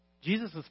Jesus